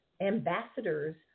ambassadors